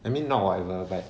I mean not whatever but